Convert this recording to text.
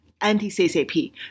anti-CCP